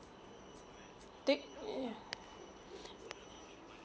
do ya